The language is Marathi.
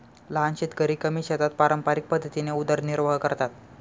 लहान शेतकरी कमी शेतात पारंपरिक पद्धतीने उदरनिर्वाह करतात